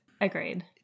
Agreed